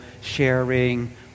sharing